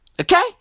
Okay